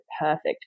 perfect